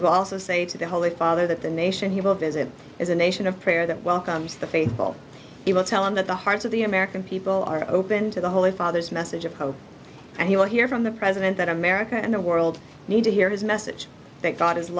will also say to the holy father that the nation he will visit is a nation of prayer that welcomes the faithful he will tell him that the hearts of the american people are open to the holy father's message of hope and he will hear from the president that america and the world need to hear his message that god is